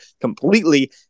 completely